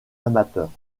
amateur